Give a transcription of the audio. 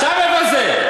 אתה מבזה.